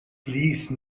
please